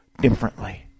differently